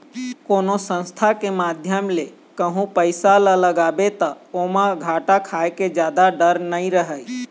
कोनो संस्था के माध्यम ले कहूँ पइसा ल लगाबे ता ओमा घाटा खाय के जादा डर नइ रहय